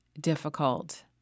difficult